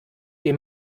den